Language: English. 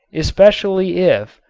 especially if,